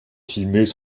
filmés